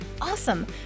awesome